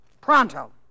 Pronto